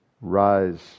rise